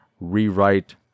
rewrite